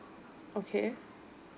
okay